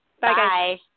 Bye